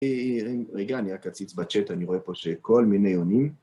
רגע, אני רק אציץ בצ'ט, אני רואה פה שכל מיני עונים.